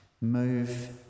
move